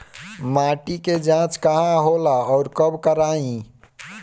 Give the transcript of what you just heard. माटी क जांच कहाँ होला अउर कब कराई?